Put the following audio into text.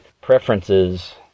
preferences